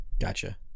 Gotcha